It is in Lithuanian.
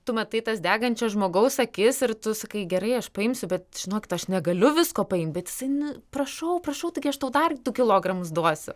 tu matai tas degančias žmogaus akis ir tu sakai gerai aš paimsiu bet žinokit aš negaliu visko paimt bet jisai nu prašau prašau taigi aš tau dar du kilogramus duosiu